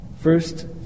first